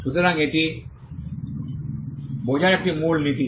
সুতরাং এটি বোঝার একটি মূল নীতি